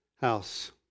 house